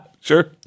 sure